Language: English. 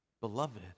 beloved